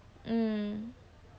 hmm